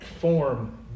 form